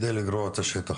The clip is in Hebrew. על מנת לגרוע את השטח.